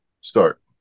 start